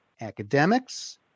academics